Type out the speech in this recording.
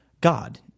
God